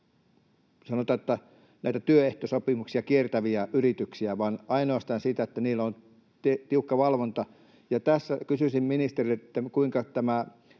tule tämmöisiä työehtosopimuksia kiertäviä yrityksiä vaan niillä on tiukka valvonta. Tässä kysyisin ministeriltä: kuinka tämä